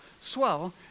Swell